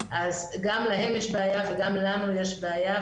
אז גם להם יש בעיה וגם לנו יש בעיה,